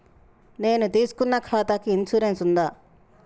నేను తీసుకున్న ఖాతాకి ఇన్సూరెన్స్ ఉందా?